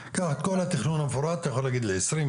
חלק מהם היה בדיון,